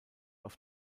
auf